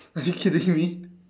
are you kidding me